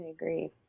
agree